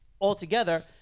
altogether